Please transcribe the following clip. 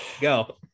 go